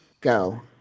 go